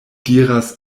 diras